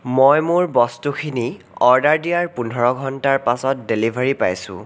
মই মোৰ বস্তুখিনি অৰ্ডাৰ দিয়াৰ পোন্ধৰ ঘণ্টাৰ পাছত ডেলিভাৰি পাইছোঁ